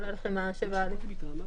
כן.